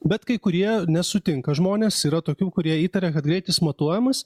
bet kai kurie nesutinka žmonės yra tokių kurie įtaria kad greitis matuojamas